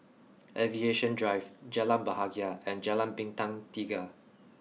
aviation drive Jalan Bahagia and Jalan Bintang Tiga